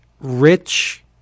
Rich